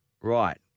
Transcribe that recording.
Right